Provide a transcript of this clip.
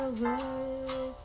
words